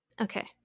Okay